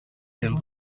and